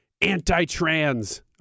anti-trans